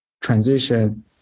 transition